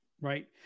Right